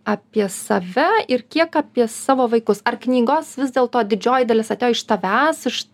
apie save ir kiek apie savo vaikus ar knygos vis dėlto didžioji dalis atėjo iš tavęs iš